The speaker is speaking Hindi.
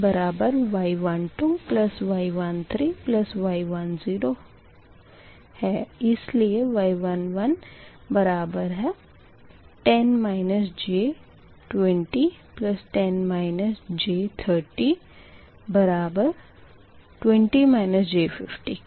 Y11y12y13y10 इसलिए Y11 बराबर है 10 j 20 10 j 30 20 j 50 के